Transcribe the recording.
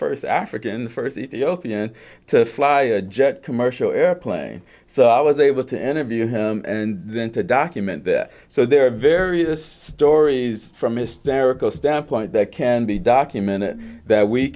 first african first european to fly a jet commercial airplane so i was able to enter view him and then to document that so there are various stories from mr varicose standpoint that can be documented that we